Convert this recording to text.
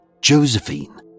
Josephine